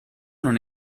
non